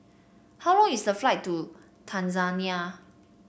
how long is the flight to Tanzania